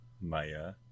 Maya